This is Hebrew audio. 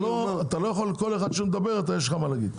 אתה לא יכול שכל אחד שמדבר יש לך מה להגיד.